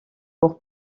pour